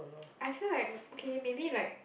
I feel like okay maybe like